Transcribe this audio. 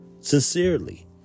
sincerely